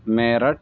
Meerut